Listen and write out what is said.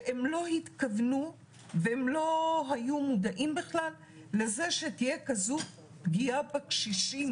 שהם לא התכוונו והם לא היו מודעים בכלל שתהיה כזאת פגיעה בקשישים.